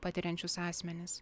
patiriančius asmenis